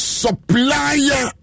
supplier